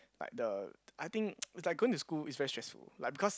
like the I think it's like going to school it's very stressful like because